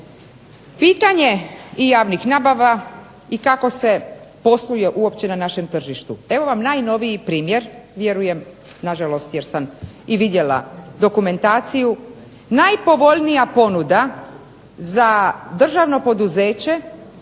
Pitanje i javnih nabava i kako se posluje uopće na našem tržištu. Evo vam najnoviji primjer, vjerujem na žalost jer sam i vidjela dokumentaciju. Najpovoljnija ponuda za državno poduzeće,